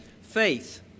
faith